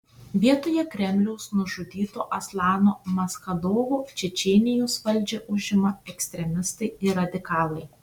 vietoje kremliaus nužudyto aslano maschadovo čečėnijos valdžią užima ekstremistai ir radikalai